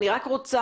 אני רק רוצה,